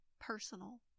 personal